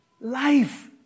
Life